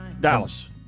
Dallas